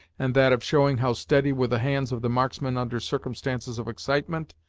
and that of showing how steady were the hands of the marksmen under circumstances of excitement,